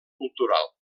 cultural